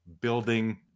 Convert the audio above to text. building